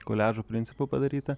koliažo principu padaryta